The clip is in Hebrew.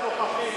אדוני השר,